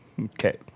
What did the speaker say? Okay